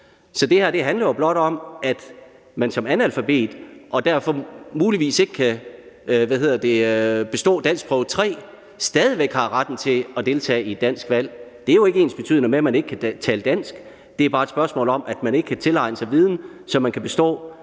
Det her handler blot om, at man som analfabet, og derfor muligvis ikke kan bestå danskprøve 3, stadig væk har retten til at deltage i et dansk valg. Det er jo ikke ensbetydende med, at man ikke kan tale dansk. Det er bare et spørgsmål om, at man ikke kan tilegne sig viden, så man kan bestå